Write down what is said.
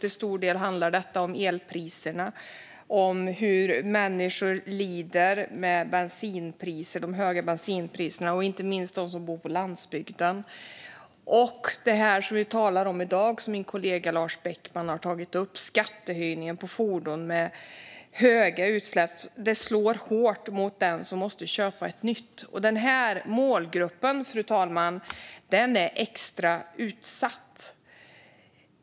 Till stor del handlar det om elpriserna, om hur människor lider på grund av de höga bensinpriserna, inte minst de som bor på landsbygden, och om det som vi talar om i dag, som min kollega Lars Beckman har tagit upp, nämligen skattehöjningen på fordon med höga utsläpp. Det slår hårt mot den som måste köpa nytt fordon. Den här målgruppen är extra utsatt.